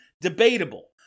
debatable